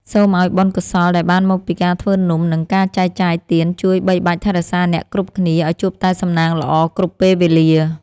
សូមឱ្យបុណ្យកុសលដែលបានមកពីការធ្វើនំនិងការចែកចាយទានជួយបីបាច់ថែរក្សាអ្នកគ្រប់គ្នាឱ្យជួបតែសំណាងល្អគ្រប់ពេលវេលា។